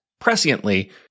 presciently